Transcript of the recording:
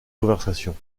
conversation